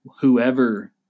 whoever